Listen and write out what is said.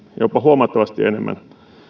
jopa huomattavasti enemmän